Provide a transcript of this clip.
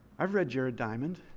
i've read jared diamond.